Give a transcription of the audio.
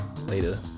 later